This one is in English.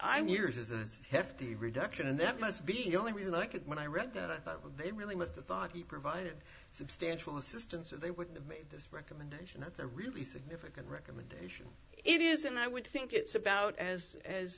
i'm yours is a hefty reduction and that must be the only reason i could when i read that i thought of that really was the thought he provided substantial assistance or they would have made this recommendation that's a really significant recommendation it is and i would think it's about as